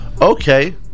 Okay